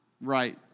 right